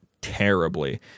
terribly